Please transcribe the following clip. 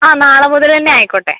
ആ നാളെ മുതൽ തന്നെ ആയിക്കോട്ടെ